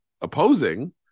opposing